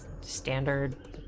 standard